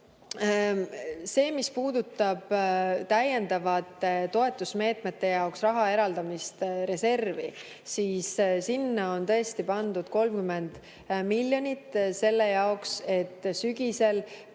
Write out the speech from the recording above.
See, mis puudutab täiendavate toetusmeetmete jaoks raha eraldamist reservi, siis sinna on tõesti pandud 30 miljonit selle jaoks, et sügisel,